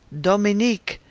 dominique!